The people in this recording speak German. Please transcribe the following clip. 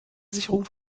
sicherung